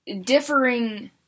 differing